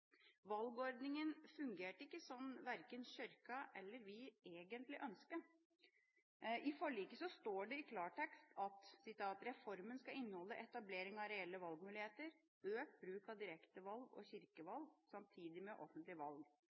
Valgordningen fungerte ikke slik verken Kirken eller vi egentlig ønsket. I forliket står det i klartekst: «Reformen skal inneholde etablering av reelle valgmuligheter, økt bruk av direktevalg og kirkevalg samtidig med offentlige valg.